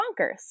bonkers